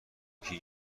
فیزیکی